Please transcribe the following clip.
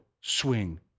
swing